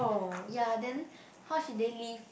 ya then how should they live